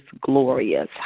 glorious